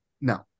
No